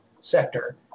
sector